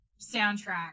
soundtrack